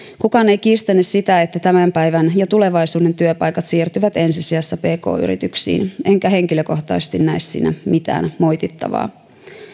kukaan ei kiistäne sitä että tämän päivän ja tulevaisuuden työpaikat siirtyvät ensisijassa pk yrityksiin enkä henkilökohtaisesti näe siinä mitään moitittavaa